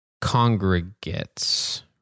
congregates